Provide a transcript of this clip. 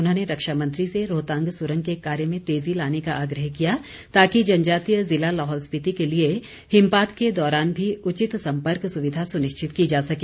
उन्होंने रक्षामंत्री से रोहतांग सुरंग के कार्य में तेजी लाने का आग्रह किया ताकि जनजातीय जिले लाहौल स्पिति के लिए हिमपात के दौरान भी उचित सम्पर्क सुविधा सुनिश्चित की जा सके